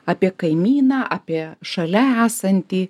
apie kaimyną apie šalia esantį